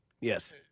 Yes